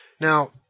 Now